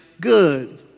good